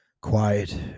Quiet